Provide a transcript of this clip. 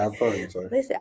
listen